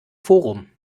forum